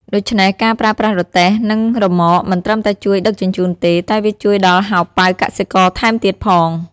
ដូច្នេះ ការប្រើប្រាស់រទេះ និងរ៉ឺម៉កមិនត្រឹមតែជួយដឹកជញ្ជូនទេ តែវាជួយដល់ហោប៉ៅកសិករថែមទៀតផង។